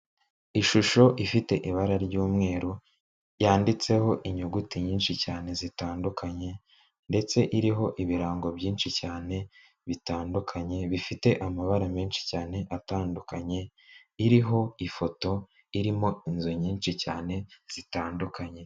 Ishusho ifite ibara ry'umweru yanditseho inyuguti nyinshi cyane zitandukanye ndetse iriho ibirango byinshi cyane bitandukanye bifite amabara menshi cyane atandukanye, iriho ifoto irimo inzu nyinshi cyane zitandukanye.